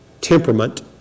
temperament